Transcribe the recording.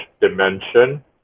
dimension